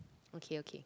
okay okay